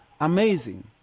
amazing